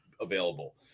available